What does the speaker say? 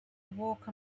walk